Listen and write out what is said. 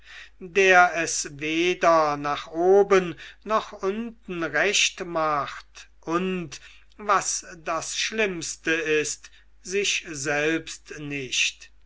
der es weder nach oben noch unten recht macht und was das schlimmste ist sich selbst nicht